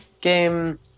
game